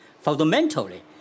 fundamentally